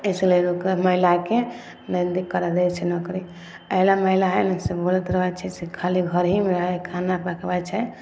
इसलिए लोक महिलाके नहि करऽ दै छै नौकरी एहिलए महिला हइ ने से बोलैत रहै छै से खाली घरहीमे हइ खाना पकबै छै